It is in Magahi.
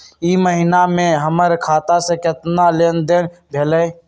ई महीना में हमर खाता से केतना लेनदेन भेलइ?